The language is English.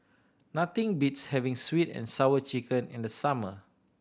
nothing beats having Sweet And Sour Chicken in the summer